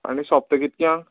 आनी सोंपता कितक्यांक